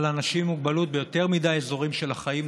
אבל אנשים עם מוגבלות נותרו מאחור ביותר מדי אזורים של החיים.